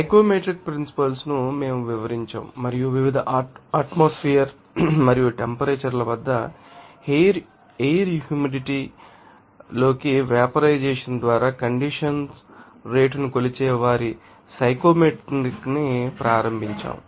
psychometry principles ను మేము వివరించాము మరియు వివిధ ఆటోమాస్ఫెర్ మరియు టెంపరేచర్ ల వద్ద ఎయిర్ హ్యూమిడిటీ లోకివెపరైజెషన్ం ద్వారా కండెన్సషన్ రేటును కొలిచే వారి సైకోమెట్రీని కూడా ప్రారంభించాము